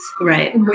Right